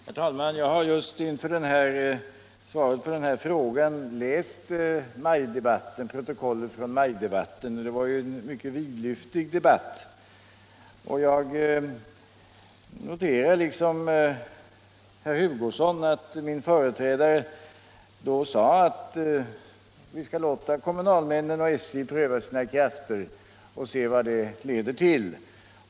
Herr talman! Jag har just inför svaret på den här frågan läst protokollet från majdebatten — det var ju en mycket vidlyftig debatt. Jag noterar liksom herr Hugosson att min företrädare då sade att vi skall låta kommunalmännen och SJ pröva sina krafter och se vad det leder till.